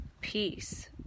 peace